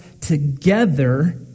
together